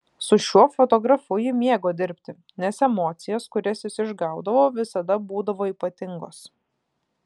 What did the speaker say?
su šiuo fotografu ji mėgo dirbti nes emocijos kurias jis išgaudavo visada būdavo ypatingos